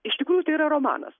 iš tikrųjų tai yra romanas